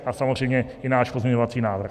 A samozřejmě i náš pozměňovací návrh.